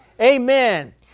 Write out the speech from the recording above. Amen